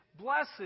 blessed